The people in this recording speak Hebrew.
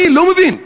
אני לא מבין.